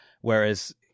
whereas